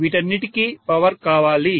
వీటన్నిటికీ పవర్ కావాలి